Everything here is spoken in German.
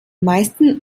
meisten